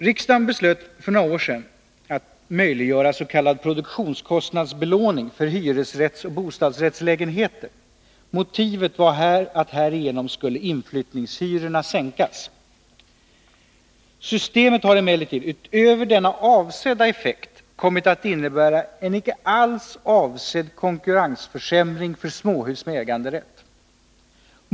Riksdagen beslöt för några år sedan att möjliggöra s.k. produktionskostnadsbelåning för hyresrättsoch bostadsrättslägenheter. Motivet var att inflyttningshyrorna härigenom skulle sänkas. Systemet har emellertid utöver denna avsedda effekt kommit att innebära en icke alls avsedd konkurrensförsämring för småhus med äganderätt.